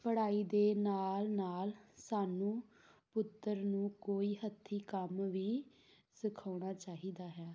ਪੜ੍ਹਾਈ ਦੇ ਨਾਲ ਨਾਲ ਸਾਨੂੰ ਪੁੱਤਰ ਨੂੰ ਕੋਈ ਹੱਥੀਂ ਕੰਮ ਵੀ ਸਿਖਾਉਣਾ ਚਾਹੀਦਾ ਹੈ